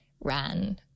ran